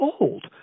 old